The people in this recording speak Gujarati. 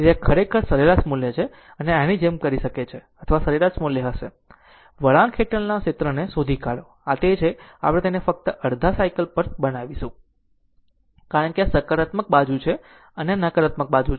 તેથી આ ખરેખર સરેરાશ મૂલ્ય છે અથવા આની જેમ કરી શકે છે અથવા સરેરાશ મૂલ્ય હશે વળાંક હેઠળના ક્ષેત્રને શોધી કાઢો આ તે છે અને આપણે તેને ફક્ત અડધા સાયકલ ઉપર બનાવીશું કારણ કે આ સકારાત્મક બાજુ છે આ નકારાત્મક છે બાજુ